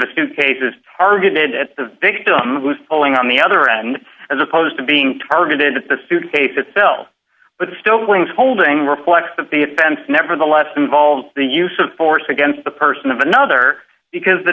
a suitcase is targeted at the victim who's pulling on the other end as opposed to being targeted but the suitcase itself but still clings holding reflects that the offense nevertheless involves the use of force against the person of another because the